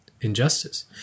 injustice